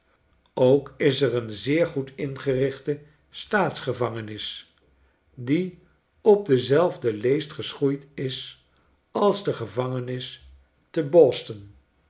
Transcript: ook is er een zeer goed ingerichte staatsgevangenis die op dezelfde leest geschoeid is als de gevangenis te boston